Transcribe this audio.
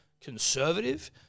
conservative